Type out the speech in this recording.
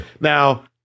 Now